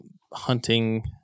hunting